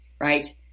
Right